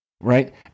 right